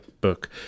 book